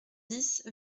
dix